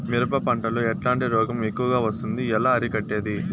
మిరప పంట లో ఎట్లాంటి రోగం ఎక్కువగా వస్తుంది? ఎలా అరికట్టేది?